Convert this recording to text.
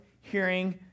hearing